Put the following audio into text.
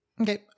okay